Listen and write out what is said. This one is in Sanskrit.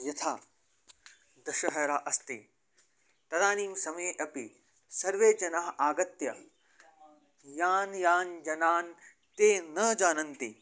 यदा दशहरा अस्ति तदानीं समये अपि सर्वेजनाः आगत्य यान् यान् जनान् ते न जानन्ति